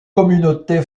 communauté